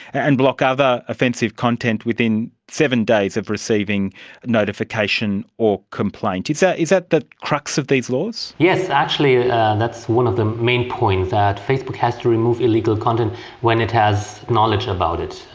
and block other offensive content within seven days of receiving notification or complaint. so is that the crux of these laws? yes, actually yeah and that's one of the main points, that facebook has to remove illegal content when it has knowledge about it,